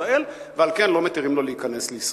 ועל כן לא מתירים לו להיכנס לישראל.